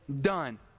done